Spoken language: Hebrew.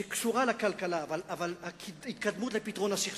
שקשורה לכלכלה, ההתקדמות לפתרון הסכסוך,